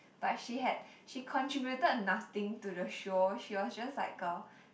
but she had she contributed nothing to the show she was just like a